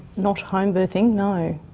not home birthing, no.